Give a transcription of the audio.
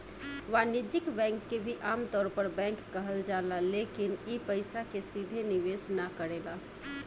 वाणिज्यिक बैंक के भी आमतौर पर बैंक कहल जाला लेकिन इ पइसा के सीधे निवेश ना करेला